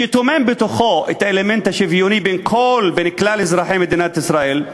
שטומן בתוכו את האלמנט השוויוני בין כלל אזרחי ישראל,